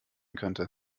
könnte